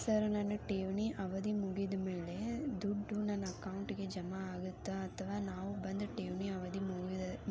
sir ನನ್ನ ಠೇವಣಿ ಅವಧಿ ಮುಗಿದಮೇಲೆ, ದುಡ್ಡು ನನ್ನ ಅಕೌಂಟ್ಗೆ ಜಮಾ ಆಗುತ್ತ ಅಥವಾ ನಾವ್ ಬಂದು ಠೇವಣಿ ಅವಧಿ